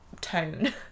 tone